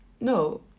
no